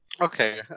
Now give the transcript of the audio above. Okay